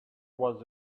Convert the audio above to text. was